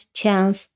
chance